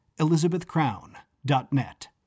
elizabethcrown.net